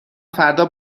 فردا